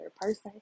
person